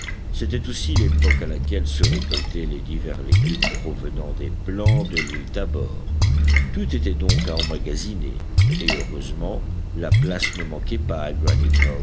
c'était aussi l'époque à laquelle se récoltaient les divers légumes provenant des plants de l'île tabor tout était donc à emmagasiner et heureusement la place ne manquait pas